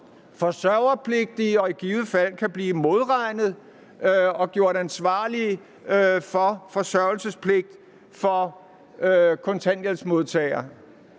forsørgelsespligtig og i givet fald kan blive modregnet og gjort ansvarlig for forsørgelsespligt for kontanthjælpsmodtagere.